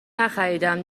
نخریدهام